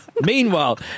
Meanwhile